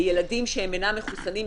ילדים שאינם מחוסנים.